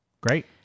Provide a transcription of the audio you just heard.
Great